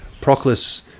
Proclus